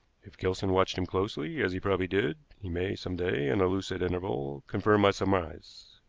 if gilson watched him closely, as he probably did, he may some day, in a lucid interval, confirm my surmise.